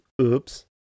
Oops